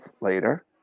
later